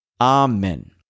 Amen